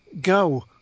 Go